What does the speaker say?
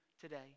today